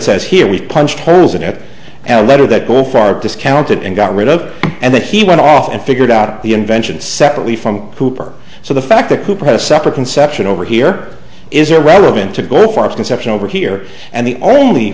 says here we punched her nose in it and letter that going far discounted and got rid of and then he went off and figured out the invention separately from cooper so the fact that cooper had a separate conception over here is irrelevant to gore far conception over here and the only